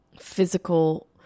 physical